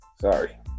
Sorry